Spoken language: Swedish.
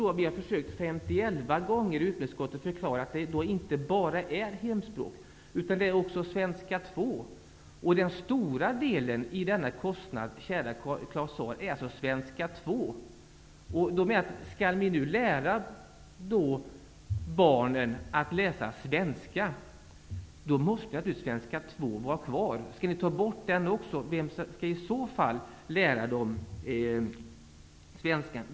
Vi har vid ett flertal tillfällen i utbildningsutskottet försökt förklara att det gäller inte bara hemspråk utan även Svenska 2. Den stora delen i dessa kostnader, kära Claus Zaar, utgörs av Svenska 2. Om barnen skall få lära sig att läsa svenska måste naturligtvis Svenska 2 behållas. Vem skall i så fall lära barnen svenska om den undervisningen tas bort?